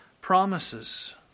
promises